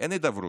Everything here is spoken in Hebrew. אין הידברות.